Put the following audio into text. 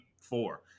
four